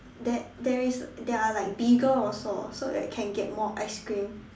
there there is there are like bigger also so like can get more ice cream